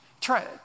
Try